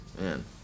Man